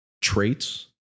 traits